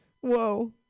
Whoa